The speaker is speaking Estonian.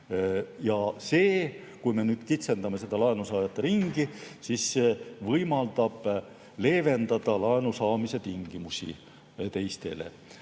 See, kui me kitsendame laenusaajate ringi, võimaldab leevendada laenu saamise tingimusi teistele.